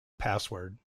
password